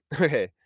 okay